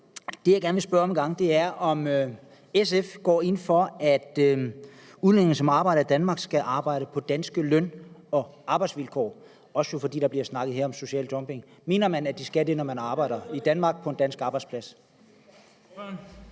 Det, jeg gerne vil spørge om, er, om SF går ind for, at udlændinge, som arbejder i Danmark, skal arbejde på danske løn- og arbejdsvilkår, også fordi der jo her bliver talt om social dumping. Mener man, at de skal det, når de arbejder i Danmark på en dansk arbejdsplads?